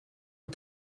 een